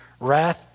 Wrath